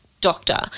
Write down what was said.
doctor